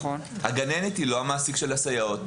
הגננת היא לא המעסיק של הסייעות.